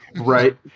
right